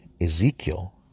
ezekiel